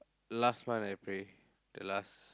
last month I pray the last